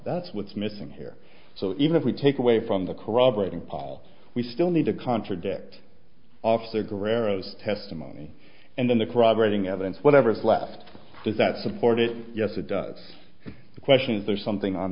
that's what's missing here so even if we take away from the corroborating pile we still need to contradict officer guerrero's testimony and then the corroborating evidence whatever's left does that support it yes it does the question is there something on